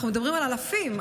אנחנו מדברים על אלפים.